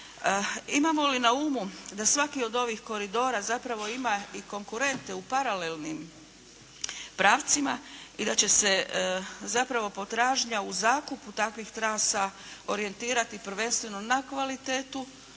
Imamo li na umu da svaki od ovih koridora zapravo ima i konkurente u paralelnim pravcima i da će zapravo potražnja u zakupu takvih trasa orijentirati prvenstveno na kvalitetu